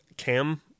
Cam